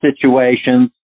situations